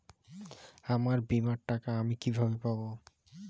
আমার বীমার টাকা আমি কিভাবে পাবো?